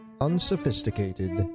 unsophisticated